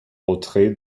retrait